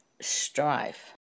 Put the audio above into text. strife